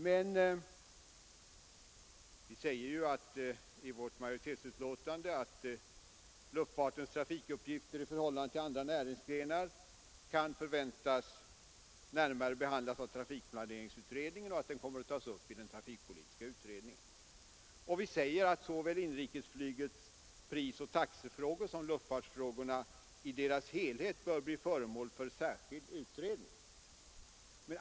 Vi säger i vårt majoritetsbetänkande att luftfartens trafikuppgifter i förhållande till andra näringsgrenar kan förväntas närmare behandlas av trafikplaneringsutredningen och kommer att tas upp i den trafikpolitiska utredningen. Vi säger att såväl inrikesflygets prisoch taxefrågor som luftfartsfrågorna i deras helhet bör bli föremål för särskild utredning.